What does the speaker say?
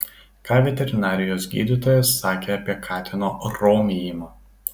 ką veterinarijos gydytojas sakė apie katino romijimą